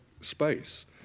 space